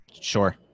Sure